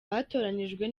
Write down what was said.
batoranijwe